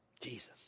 Jesus